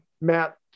Matt